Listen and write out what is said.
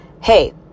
Hey